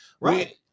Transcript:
Right